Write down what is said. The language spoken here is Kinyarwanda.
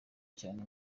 cyane